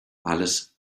alice